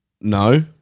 no